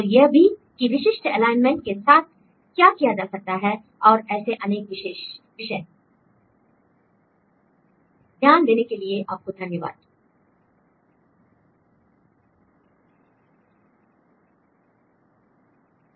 और यह भी कि विशिष्ट एलाइनमेंट के साथ क्या किया जा सकता है और ऐसे अनेक विषय l